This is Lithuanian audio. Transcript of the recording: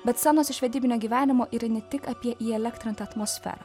bet scenos iš vedybinio gyvenimo ir ne tik apie jį įelektrinta atmosfera